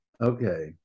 Okay